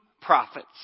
prophets